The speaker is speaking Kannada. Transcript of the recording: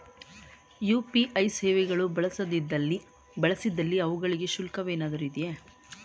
ಯು.ಪಿ.ಐ ಸೇವೆಗಳು ಬಳಸಿದಲ್ಲಿ ಅವುಗಳಿಗೆ ಶುಲ್ಕವೇನಾದರೂ ಇದೆಯೇ?